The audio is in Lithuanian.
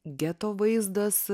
geto vaizdas